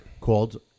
called